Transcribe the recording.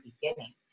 beginning